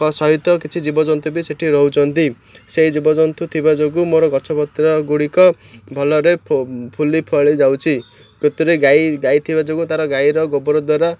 ସହିତ କିଛି ଜୀବଜନ୍ତୁ ବି ସେଇଠି ରହୁଛନ୍ତି ସେଇ ଜୀବଜନ୍ତୁ ଥିବା ଯୋଗୁଁ ମୋର ଗଛପତ୍ର ଗୁଡ଼ିକ ଭଲରେ ଫୁଲି ଫଳି ଯାଉଛି କତିରେ ଗାଈ ଗାଈ ଥିବା ଯୋଗୁଁ ତାର ଗାଈର ଗୋବର ଦ୍ୱାରା